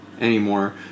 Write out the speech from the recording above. anymore